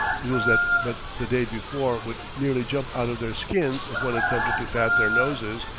mules that but the day before would nearly jump out of their skins if one attempted to pat their noses,